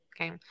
Okay